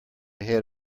head